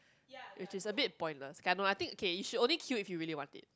which is a bit pointless K ah no I think you should only queue if you really want it